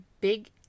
big